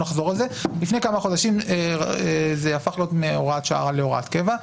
לפני כמה חודשים זה הפך להיות מהוראת שעה להוראת קבע.